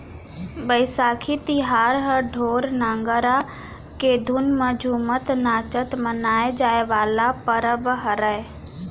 बइसाखी तिहार ह ढोर, नंगारा के धुन म झुमत नाचत मनाए जाए वाला परब हरय